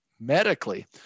Medically